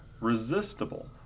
resistible